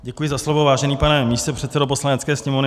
Děkuji za slovo, vážený pane místopředsedo Poslanecké sněmovny.